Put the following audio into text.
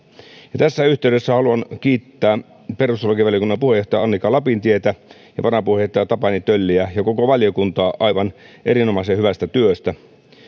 tässä yhteydessä haluan kiittää perustuslakivaliokunnan puheenjohtaja annika lapintietä ja varapuheenjohtaja tapani tölliä ja koko valiokuntaa aivan erinomaisen hyvästä työstä